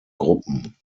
gruppen